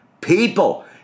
people